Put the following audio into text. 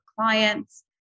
clients